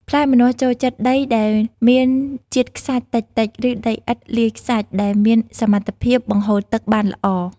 ផ្លែម្នាស់ចូលចិត្តដីដែល មានជាតិខ្សាច់តិចៗ ឬដីឥដ្ឋលាយខ្សាច់ ដែលមានសមត្ថភាពបង្ហូរទឹកបានល្អ។